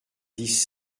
dix